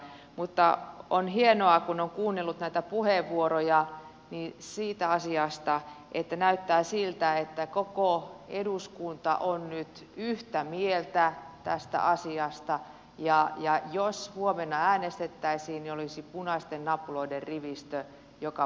mutta on hienoa kun on kuunnellut näitä puheenvuoroja että näyttää siltä että koko eduskunta on nyt yhtä mieltä tästä asiasta ja jos huomenna äänestettäisiin niin olisi punaisten nappuloiden rivistö joka paikassa